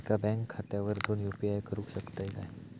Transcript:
एका बँक खात्यावर दोन यू.पी.आय करुक शकतय काय?